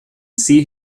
see